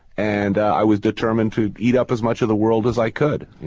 and i was determined to eat up as much of the world as i could.